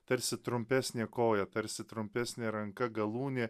tarsi trumpesnė koja tarsi trumpesnė ranka galūnė